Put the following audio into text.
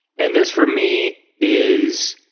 and this for me is,